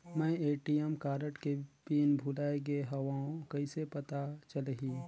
मैं ATM card के pin भुलाए गे हववं कइसे पता चलही?